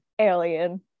Alien